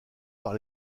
par